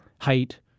height